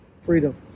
freedom